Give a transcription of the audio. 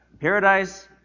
Paradise